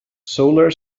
solar